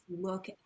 look